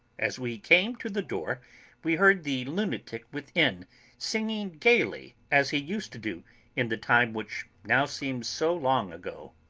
as we came to the door we heard the lunatic within singing gaily, as he used to do in the time which now seems so long ago.